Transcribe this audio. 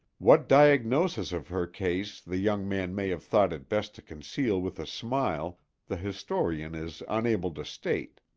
what diagnosis of her case the young man may have thought it best to conceal with a smile the historian is unable to state,